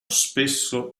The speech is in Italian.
spesso